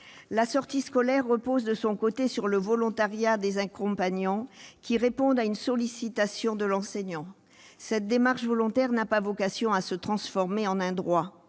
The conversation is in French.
La sortie scolaire repose de son côté sur le volontariat des accompagnants, qui répondent à une sollicitation de l'enseignant. Cette démarche volontaire n'a pas vocation à se transformer en un droit.